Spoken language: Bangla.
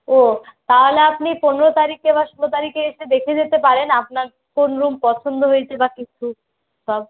ও তাহলে আপনি পনেরো তারিখে বা ষোলো তারিখে এসে দেখে যেতে পারেন আপনার কোন রুম পছন্দ হয়েছে বা কিছু সব